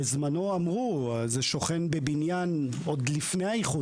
בזמנו אמרו שזה שוכן בבניין עוד לפני האיחוד.